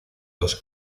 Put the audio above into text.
dos